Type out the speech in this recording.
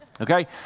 Okay